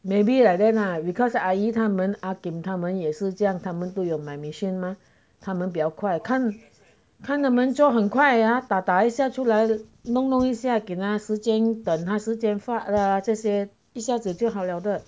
maybe like then lah because 阿姨她们 ah kim 她们也是这样她们有买 machine 吗他们比较快看看她们做很快呀她打打一下出来弄弄一下给她时间等那时间剪发啦这些一下子就好了的